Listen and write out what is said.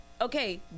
okay